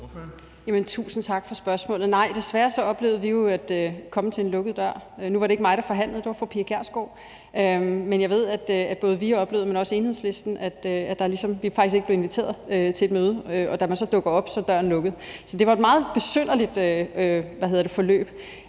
Tusind tak for spørgsmålet. Nej, desværre oplevede vi jo at komme til en lukket dør. Nu var det ikke mig, der forhandlede; det var fru Pia Kjærsgaard. Men jeg ved, at både vi, men også Enhedslisten oplevede faktisk ikke at blive inviteret til et møde, og da vi så dukker op, er døren lukket. Så det var et meget besynderligt forløb.